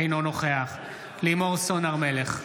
אינו נוכח לימור סון הר מלך,